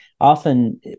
often